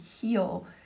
heal